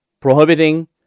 prohibiting